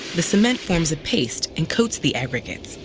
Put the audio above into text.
the cement forms a paste and coats the aggregates,